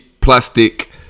plastic